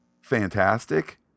fantastic